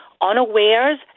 unawares